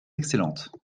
excellentes